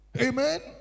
Amen